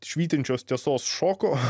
švytinčios tiesos šoko